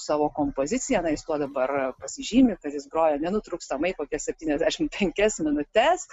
savo kompozicija laisva dabar pasižymi kad jis groja nenutrūkstamai kokias septyniasdešim penkias minutes